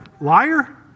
liar